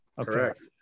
Correct